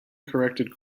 corrected